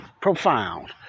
profound